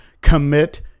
commit